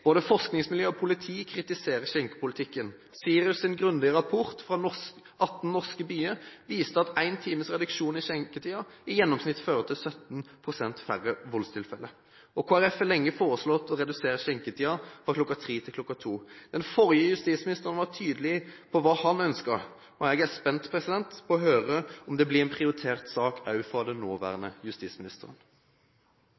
Både forskningsmiljø og politi kritiserer skjenkepolitikken. SIRUS' grundige rapport fra 18 norske byer viser at én time reduksjon i skjenketiden i gjennomsnitt fører til 17 pst. færre voldstilfeller. Kristelig Folkeparti har lenge foreslått å redusere skjenketiden fra kl. 3 til kl. 2. Den forrige justisministeren var tydelig på hva han ønsket, og jeg er spent på å høre om det blir en prioritert sak også for den